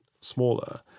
smaller